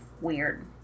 weird